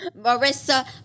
Marissa